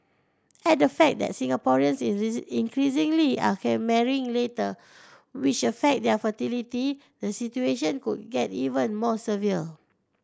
add the fact that Singaporeans increasingly are marrying later which affects their fertility the situation could get even more severe